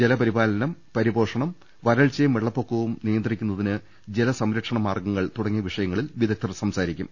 ജലപരിപാലനം പരിപോഷണം വരൾച്ചയും വെള്ളപ്പൊക്കവും നിയന്ത്രിക്കുന്നതിന് ജലസംരക്ഷണ മാർഗങ്ങൾ തുടങ്ങിയ വിഷയങ്ങ ളിൽ വിദഗ്ധർ സംസാരിക്കും